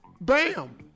Bam